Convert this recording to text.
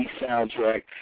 soundtrack